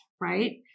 right